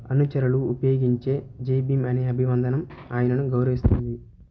అనుచరులు ఉపయోగించే జై భీమ్ అనే అభివందనం ఆయనను గౌరవిస్తుంది